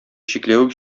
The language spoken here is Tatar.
чикләвек